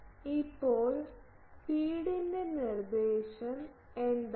ഇപ്പോൾ ഫീഡിൻറെ നിർദ്ദേശം എന്താണ്